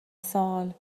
سال